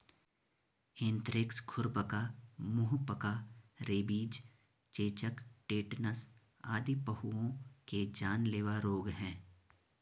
anthrax, खुरपका, मुहपका, rabies, चेचक, टेटनस आदि पहुओं के जानलेवा रोग हैं